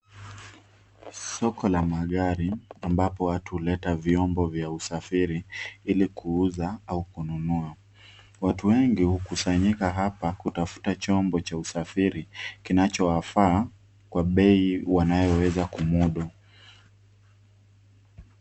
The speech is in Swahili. Soko la magari ambapo waatu huleta vyombo vya usafiri ili kuuza au kununua. Watu wengi hukusanyika hapa kutafuta chombo cha usafiri kinachowafaa kwa bei wanayoweza kumudu.